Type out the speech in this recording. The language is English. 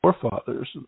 forefathers